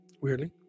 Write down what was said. weirdly